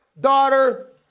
daughter